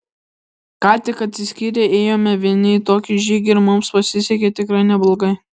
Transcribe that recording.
ką tik atsiskyrę ėjome vieni į tokį žygį ir mums pasisekė tikrai neblogai